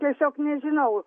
tiesiog nežinau